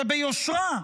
שביושרה,